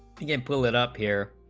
pm pull it up here